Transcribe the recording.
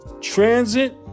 transit